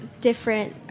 different